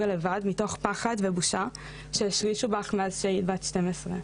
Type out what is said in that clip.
לבד מתוך פחד ובושה שהשרישו מאז שהייתי בת שתיים עשרה.